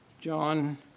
John